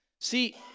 See